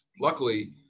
Luckily